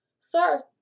Sir